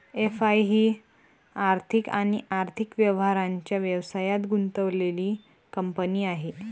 FI ही आर्थिक आणि आर्थिक व्यवहारांच्या व्यवसायात गुंतलेली कंपनी आहे